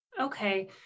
Okay